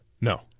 No